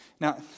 Now